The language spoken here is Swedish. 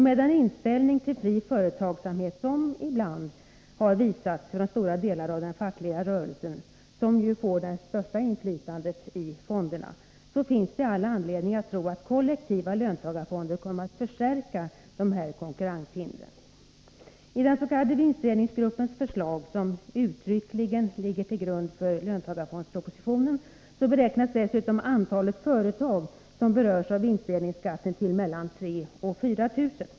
Med den inställning till fri företagsamhet som ibland har visats av stora delar av den fackliga rörelsen, som ju får det största inflytandet i fonderna, finns det all anledning att tro att kollektiva löntagarfonder kommer att förstärka dessa konkurrenshinder. vinstdelningsgruppens förslag, som uttryckligen ligger till grund för löntagarfondspropositionen, beräknas antalet företag som berörs av vinstdelningsskatten till 3 0004 000.